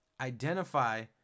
identify